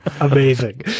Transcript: Amazing